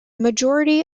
majority